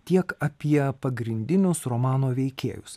tiek apie pagrindinius romano veikėjus